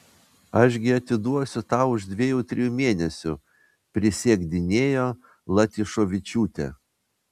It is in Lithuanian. aš gi atiduosiu tau už dviejų trijų mėnesių prisiekdinėjo latyšovičiūtė